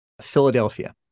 Philadelphia